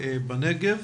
בנגב.